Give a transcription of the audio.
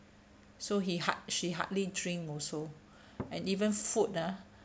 so he hard she hardly drink also and even food ah